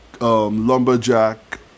lumberjack